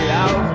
out